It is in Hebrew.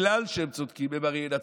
המאוד-חשוב.